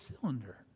cylinder